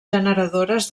generadores